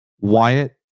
Wyatt